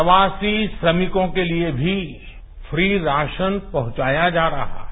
प्रवासी श्रमिकों के लिए भी फ्रीराशन पहुंचाया जा रहा है